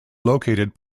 located